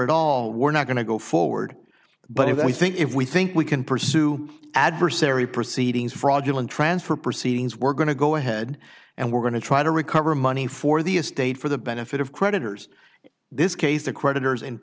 at all we're not going to go forward but if we think if we think we can pursue adversary proceedings fraudulent transfer proceedings we're going to go ahead and we're going to try to recover money for the estate for the benefit of creditors this case the creditors